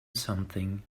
something